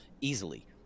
easily